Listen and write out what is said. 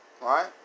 right